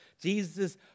Jesus